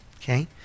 okay